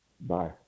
Bye